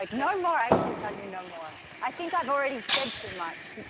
like no more. i can tell you no more. i think i've already said too much.